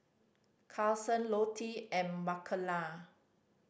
Carsen Lottie and Makena